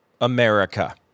America